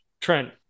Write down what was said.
Trent